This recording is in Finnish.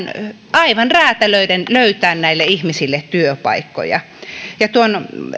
aivan räätälöiden löytämään näille ihmisille työpaikkoja tuon